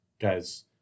Guys